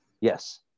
Yes